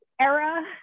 era